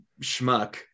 schmuck